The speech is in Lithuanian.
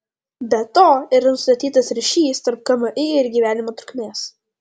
be to yra nustatytas ryšys tarp kmi ir gyvenimo trukmės